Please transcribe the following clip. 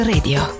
Radio